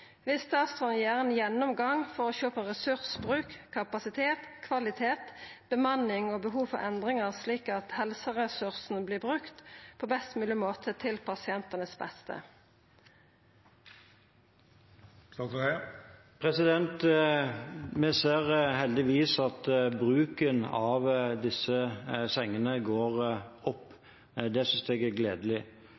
Vil statsråden gjøre en gjennomgang for å se på ressursbruk, kapasitet, kvalitet, bemanning og behov for endringer, slik at helseressursen blir brukt på best mulig måte til pasientens beste?» Vi ser heldigvis at bruken av disse sengene går opp.